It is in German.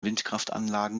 windkraftanlagen